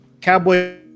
Cowboy